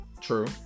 True